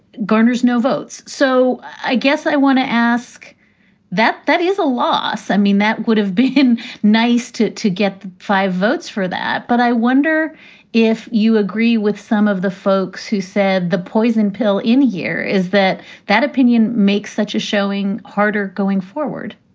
garners no votes. so i guess i want to ask that that is a loss. i mean, that would have been nice to to get the five votes for that. but i wonder if you agree with some of the folks who said the poison pill in here is that that opinion makes such a showing harder going forward?